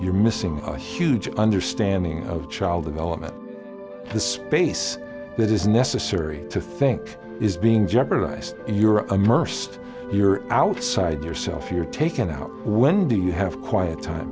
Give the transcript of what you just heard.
you're missing a huge understanding of child development the space that is necessary to think is being jeopardized in your immersed your outside theirself your taken out when do you have quiet time